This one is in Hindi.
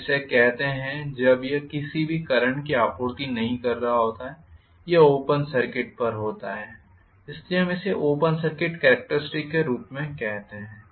हम इसे कहते हैं जब यह किसी भी करंट की आपूर्ति नहीं कर रहा होता है यह ओपन सर्किट पर होता है इसलिए हम इसे ओपन सर्किट कॅरेक्टरिस्टिक्स के रूप में कहते हैं